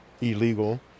illegal